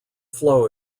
flow